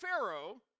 Pharaoh